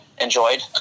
enjoyed